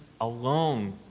alone